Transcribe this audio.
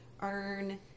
earn